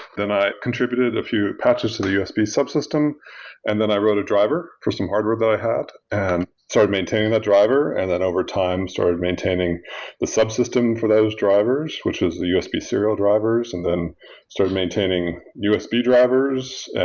then i contributed a few patches to the usb subsystem and then i wrote a driver for some hardware that i had and started maintaining that driver and then overtime started maintaining the subsystem for those drivers, which is the usb serial drivers, and then started maintaining usb drivers.